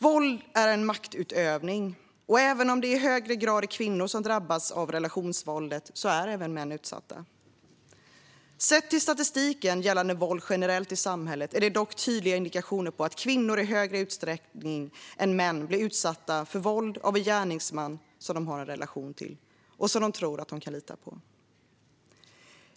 Våld är maktutövning, och även om det i högre grad är kvinnor som drabbas av relationsvåldet är även män utsatta. Sett till statistiken gällande våld generellt i samhället finns det dock tydliga indikatorer på att kvinnor i större utsträckning än män blir utsatta för våld av en gärningsman de har en relation till och som de tror att de kan lita på.